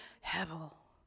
Hebel